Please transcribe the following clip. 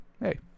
hey